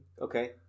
Okay